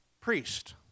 Priest